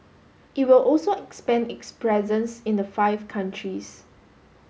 it will also expand its presence in the five countries